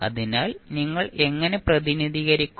അതിനാൽ നിങ്ങൾ എങ്ങനെ പ്രതിനിധീകരിക്കും